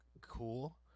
cool